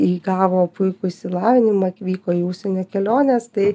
įgavo puikų išsilavinimą vyko į užsienio keliones tai